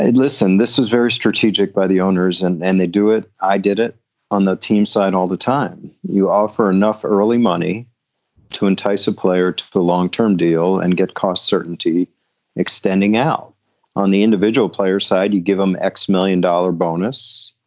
listen, this is very strategic by the owners and and they do it. i did it on the team side all the time. you offer enough early money to entice a player to a long term deal and get cost certainty extending out on the individual players side. you give them x million dollar bonus.